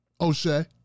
O'Shea